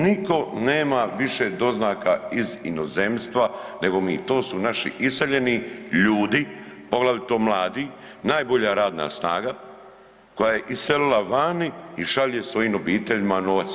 Nitko nema više doznaka iz inozemstva nego mi, to su naši iseljeni ljudi, poglavito mladi, najbolja radna snaga koja je iselila vani i šalje svojim obiteljima novac.